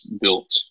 built